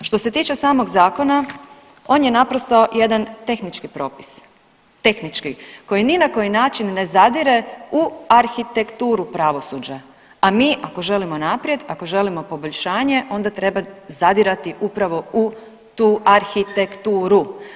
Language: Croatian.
Što se tiče samog zakona, on je naprosto jedan tehnički propis, tehnički koji ni na koji način ne zadire u arhitekturu pravosuđa, a mi ako želimo naprijed ako želimo poboljšanje onda treba zadirati upravo u tu arhitekturu.